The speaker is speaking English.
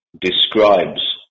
describes